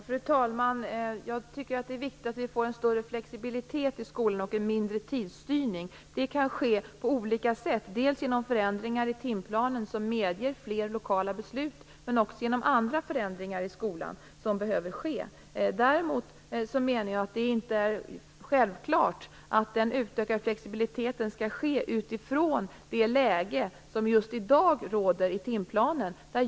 Fru talman! Jag tycker att det är viktigt att vi får en större flexibilitet i skolorna och en mindre tidsstyrning. Det kan ske på olika sätt: dels genom förändringar i timplanen som medger fler lokala beslut, dels genom andra förändringar i skolan som behöver ske. Däremot menar jag att det inte är självklart att flexibiliteten skall utökas utifrån det läge som just i dag råder i timplanen.